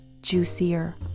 juicier